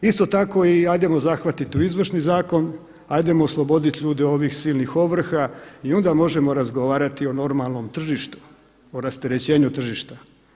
Isto tako ajdemo zahvatiti u izvršni zakon, ajdemo osloboditi ljude ovih silnih ovrha i onda možemo razgovarati o normalnom tržištu o rasterećenju tržišta.